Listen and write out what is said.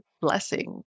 blessing